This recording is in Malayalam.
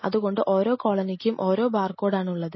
അതുകൊണ്ട് ഓരോ കോളനിക്കും ഓരോ ബാർകോഡ് ആണുള്ളത്